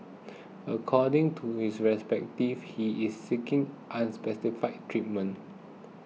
according to his representatives he is seeking unspecified treatment